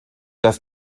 dass